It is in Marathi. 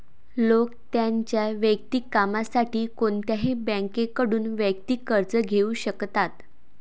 लोक त्यांच्या वैयक्तिक कामासाठी कोणत्याही बँकेकडून वैयक्तिक कर्ज घेऊ शकतात